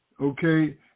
okay